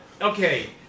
Okay